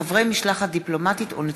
מאת חבר הכנסת אברהם מיכאלי,